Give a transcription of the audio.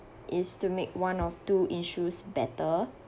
is to make one or two issues better